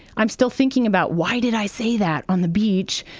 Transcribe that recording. i'm still thinking about, why did i say that on the beach?